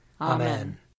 Amen